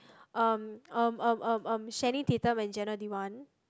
um um um um um Channing-Tatum and Jenna-Dewan